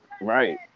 Right